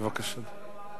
בבקשה.